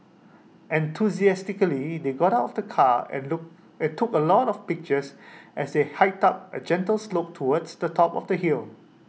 enthusiastically they got out of the car and look and took A lot of pictures as they hiked up A gentle slope towards the top of the hill